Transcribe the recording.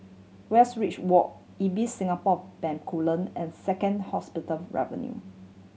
Westridge Walk Ibis Singapore Bencoolen and Second Hospital Avenue